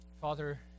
Father